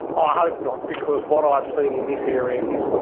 ah hope not because what i've seen in this area is,